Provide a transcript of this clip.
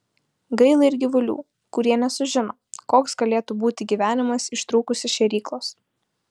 gaila ir gyvulių kurie nesužino koks galėtų būti gyvenimas ištrūkus iš šėryklos